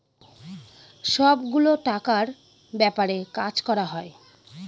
সব গুলো টাকার ব্যাপারে কাজ করা হয়